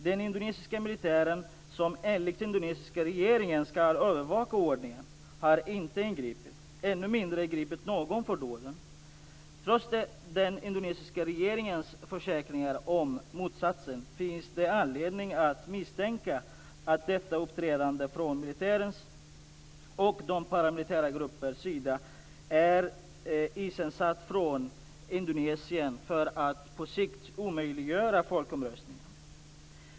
Den indonesiska militären, som enligt indonesiska regeringen skall övervaka ordningen, har inte ingripit och ännu mindre gripit någon för dåden. Trots den indonesiska regeringens försäkringar om motsatsen finns det anledning att misstänka att detta uppträdande från militärens och de paramilitära gruppernas sida är iscensatt från Indonesien för att på sikt omöjliggöra folkomröstningen.